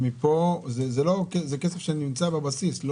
זה כסף בבסיס.